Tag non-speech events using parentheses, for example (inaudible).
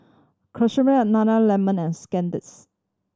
(unintelligible) Nana Lemon and Sandisk